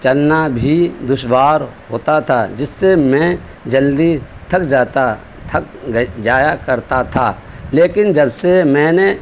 چلنا بھی دشوار ہوتا تھا جس سے میں جلدی تھک جاتا تھک جایا کرتا تھا لیکن جب سے میں نے